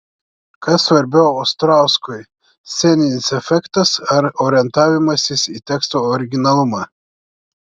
kas svarbiau ostrauskui sceninis efektas ar orientavimasis į teksto originalumą